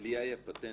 לי היה פטנט.